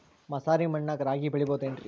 ಮಸಾರಿ ಮಣ್ಣಾಗ ರಾಗಿ ಬೆಳಿಬೊದೇನ್ರೇ?